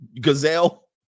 Gazelle